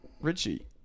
Richie